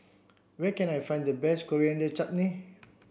where can I find the best Coriander Chutney